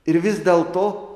ir vis dėl to